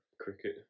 Cricket